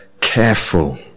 careful